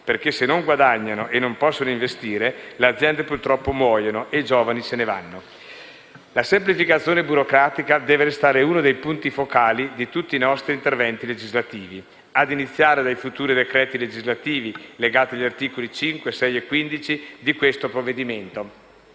perché se non guadagnano e non possono investire le aziende purtroppo muoiono e i giovani se ne vanno. La semplificazione burocratica deve restare uno dei punti focali di tutti i nostri interventi legislativi, ad iniziare dai futuri decreti legislativi legati agli articoli 5, 6 e 15 di questo provvedimento.